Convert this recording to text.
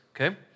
Okay